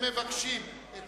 הם מבקשים את